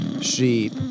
sheep